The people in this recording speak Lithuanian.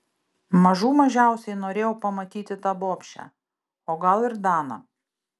mažų mažiausiai norėjau pamatyti tą bobšę o gal ir daną